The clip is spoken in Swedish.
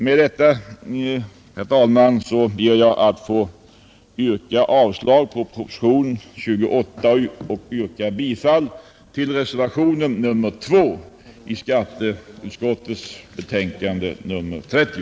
Med det anförda ber jag, herr talman, att få yrka avslag på propositionen 28 och bifall till reservationen 2 i skatteutskottets betänkande nr 30.